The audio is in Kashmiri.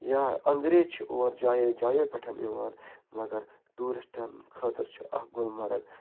یا انٛگریز چھِ اور جایَو جایَو پٮ۪ٹھ یِوان مگر ٹوٗرِسٹَن خٲطرٕ چھِ اَکھ گُلمرگ